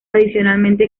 adicionalmente